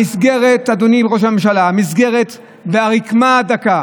המסגרת, אדוני ראש הממשלה, המסגרת והרקמה הדקה